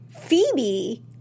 Phoebe